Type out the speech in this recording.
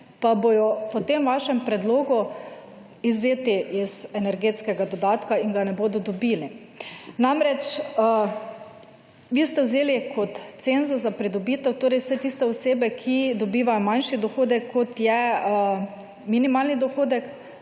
pa bodo po tem vašem predlogu izvzeti iz energetskega dodatka in ga ne bodo dobili. Namreč, vi ste vzeli kot cenzus za pridobitev vse tiste osebe, ki dobivajo manjši dohodek kot je minimalni dohodek,